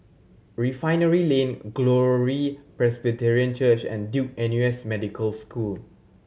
Refinery Lane Glory Presbyterian Church and Duke N U S Medical School